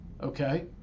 okay